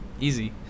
easy